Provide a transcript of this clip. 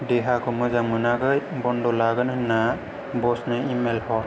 देहाखौ मोजां मोनाखै बन्द' लागोन होन्ना बसनो इमेल हर